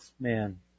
Man